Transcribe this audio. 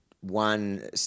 one